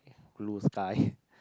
blue sky